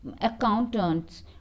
accountants